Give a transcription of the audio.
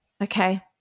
Okay